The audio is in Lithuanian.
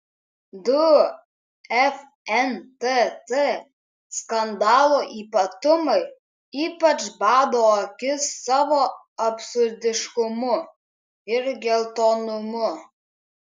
du fntt skandalo ypatumai ypač bado akis savo absurdiškumu ir geltonumu